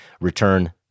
return